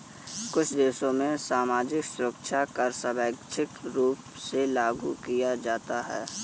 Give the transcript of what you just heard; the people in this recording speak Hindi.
कुछ देशों में सामाजिक सुरक्षा कर स्वैच्छिक रूप से लागू किया जाता है